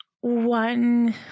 one